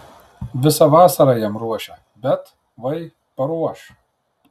visą vasarą jam ruošia bet vai paruoš